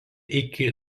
iki